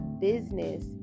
business